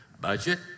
budget